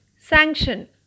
sanction